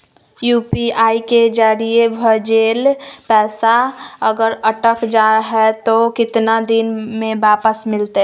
UPI के जरिए भजेल पैसा अगर अटक जा है तो कितना दिन में वापस मिलते?